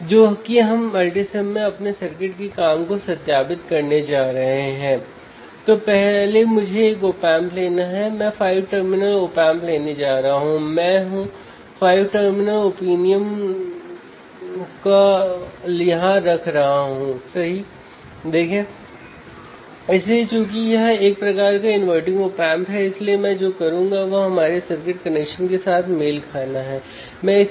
तो चलिए स्क्रीन पर आउटपुट लिखते हैं हम आउटपुट को 104 वोल्ट लिखेंगे